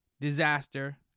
disaster